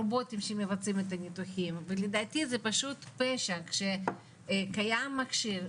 רובוטים שמבצעים את הניתוחים ולדעתי זה פשוט פשע כשקיים מכשיר,